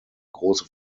große